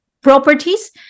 properties